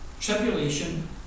tribulation